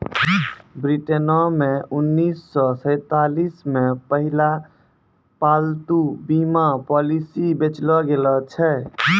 ब्रिटेनो मे उन्नीस सौ सैंतालिस मे पहिला पालतू बीमा पॉलिसी बेचलो गैलो छलै